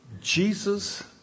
Jesus